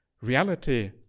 Reality